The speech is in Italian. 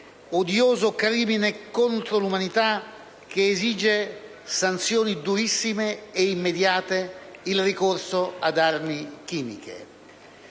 odioso crimine contro l'umanità, che esige sanzioni durissime e immediate, il ricorso ad armi chimiche.